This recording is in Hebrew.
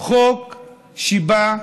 חוק שבא,